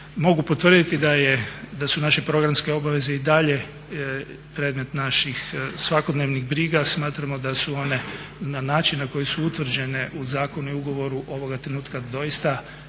Mogu potvrditi da su naše programske obaveze i dalje predmet naših svakodnevnih briga. Smatramo da su one na način na koji su utvrđene u zakonu i ugovoru ovoga trenutka doista